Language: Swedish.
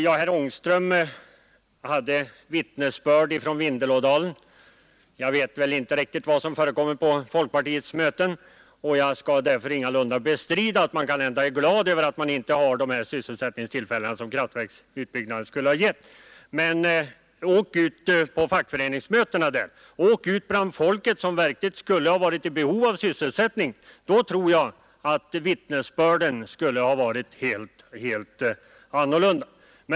Herr Ångström lämnade vittnesbörd från Vindelådalen. Jag vet inte riktigt vad som förekommer på folkpartiets möten och skall därför ingalunda bestrida att man kanske är glad över att man inte har de sysselsättningstillfällen som kraftverksutbyggnaden skulle ha gett. Men åk ut på fackföreningsmöten, åk ut bland folket som verkligen är i behov av sysselsättning! Då tror jag att vittnesbörden skulle bli helt annorlunda!